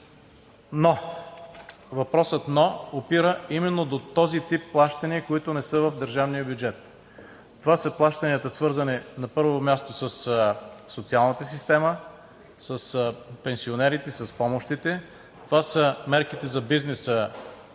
Но въпросът опира именно до този тип плащания, които не са в държавния бюджет: това са плащанията, свързани на първо място със социалната система – с пенсионерите, с помощите; това са мерките за бизнеса